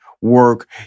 work